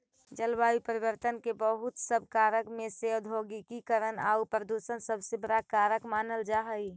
जलवायु परिवर्तन के बहुत सब कारक में से औद्योगिकीकरण आउ प्रदूषण सबसे बड़ा कारक मानल जा हई